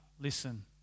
listen